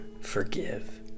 forgive